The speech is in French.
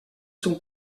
sont